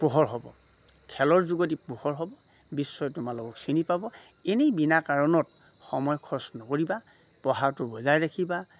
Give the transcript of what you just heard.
পোহৰ হ'ব খেলৰ যোগেদি পোহৰ হ'ব বিশ্বই তোমালোকক চিনি পাব এনেই বিনা কাৰণত সময় খৰচ নকৰিবা পঢ়াটো বজাই ৰাখিবা